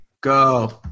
Go